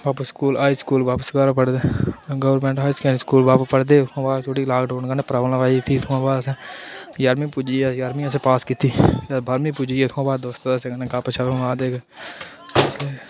बप्प school high school बप्प सराढ़ पढ़दे हे गौरमेंट हाई सैकंडरी स्कूल बप्प पढ़दे हे उत्थुआं बाद थोह्ड़ी लाकडाउन कन्नै प्राब्लम आई भी उत्थुआं बाद असें जाह्रमीं पुज्जी गे जाह्रमीं असें पास कीती बाह्रमीं पुज्जी गे उत्थुआं बाद दोस्तें दास्तें कन्नै गपशप मारदे